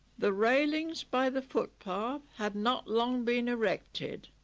the railings by the footpath had not long been erected.